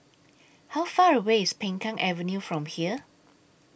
How Far away IS Peng Kang Avenue from here